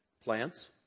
Plants